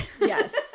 Yes